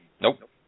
Nope